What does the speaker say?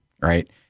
right